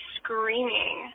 screaming